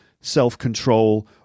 self-control